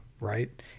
Right